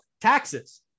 taxes